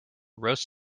roast